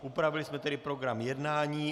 Upravili jsme tedy program jednání.